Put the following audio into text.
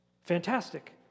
fantastic